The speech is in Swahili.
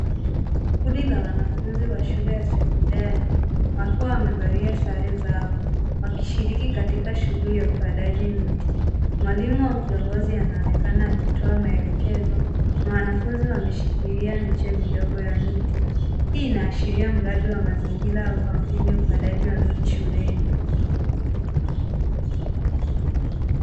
Kundi la wanafunzi wa shule ya sekondari wakiwa wamevalia sare zao wakishiriki katika shughuli ya upandaji mti. Mwalimu au kiongozi anaonekana akitoa maelekezo na wanafunzi wameshikilia miche midogo ya miti. Hii inaashiria mradi wa mazingira au kampeni wa upandaji wa miti shuleni.